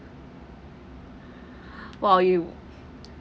!wow! you